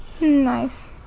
Nice